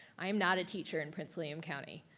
i am not a teacher in prince william county.